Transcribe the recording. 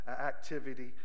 activity